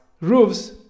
roofs